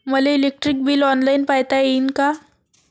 मले electric bill online पायता येईन का?